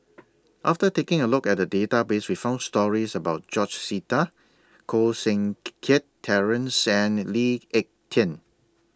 after taking A Look At The Database We found stories about George Sita Koh Seng Kiat Terence and Lee Ek Tieng